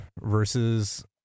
versus